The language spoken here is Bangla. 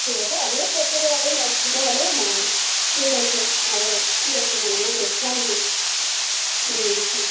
ঠিক আছে আমিও সেভ করে রাখলাম অসুবিধা হলে হ্যাঁ ঠিক আছে ভালো ঠিক আছে madam okay thank you hmm hmm